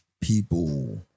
people